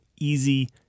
easy